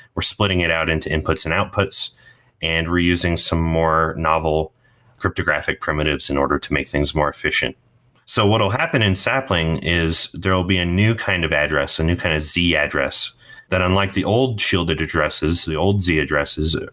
we're splitting it out into inputs and outputs and reusing some more novel cryptographic primitives in order to make things more efficient so what will happen in sapling is there will be a new kind of address, a and new kind of z address that unlike the old shielded addresses, the old z addresses,